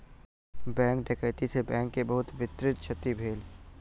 bank डकैती से bank के बहुत वित्तीय क्षति भेल